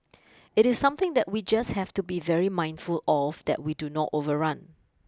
it is something that we just have to be very mindful of that we do not overrun